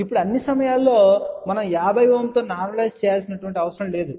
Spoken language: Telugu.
ఇప్పుడు అన్ని సమయాలలో మనం 50 Ω తో నార్మలైస్ చేయవలసిన అవసరం లేదు